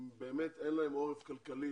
שאין להם עורף כלכלי